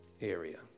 area